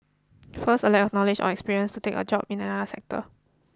first a lack of knowledge or experience to take a job in another sector